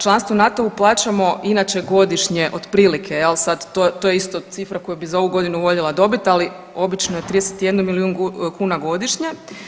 Članstvo NATO-u plaćamo inače godišnje otprilike jel sad to je isto cifra koju bi za ovu godinu voljela dobit, ali obično je 31 milijun kuna godišnje.